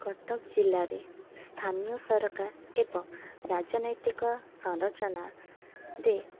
କଟକ ଜିଲ୍ଲାରେ ସ୍ଥାନୀୟ ସରକାର ଏବଂ ରାଜନୈତିକ ସରଞ୍ଚନାରେ